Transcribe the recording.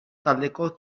taldeko